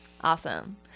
Awesome